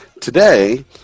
Today